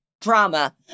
drama